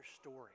story